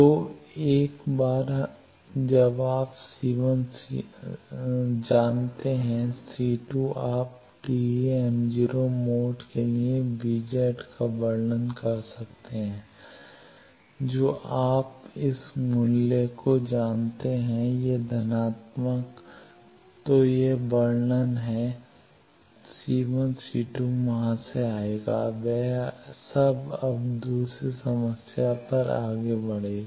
तो एक बार जब आप C1 जानते हैं C2 आप TEm 0 मोड के लिए V का वर्णन कर सकते हैं जो आप इस मूल्य को जानते हैं यह धनात्मक तो यह वर्णन है C1 C2 वहाँ से आएगा वह सब अब दूसरी समस्या पर आगे बढ़ेगा